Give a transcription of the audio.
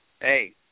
Hey